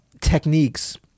techniques